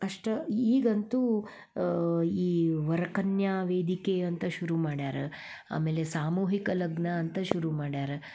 ಅಷ್ಟೇ ಈಗಂತೂ ಈ ವರಕನ್ಯಾ ವೇದಿಕೆ ಅಂತ ಶುರು ಮಾಡ್ಯಾರ ಆಮೇಲೆ ಸಾಮೂಹಿಕ ಲಗ್ನ ಅಂತ ಶುರು ಮಾಡ್ಯಾರ